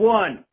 one